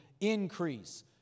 increase